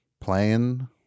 Playing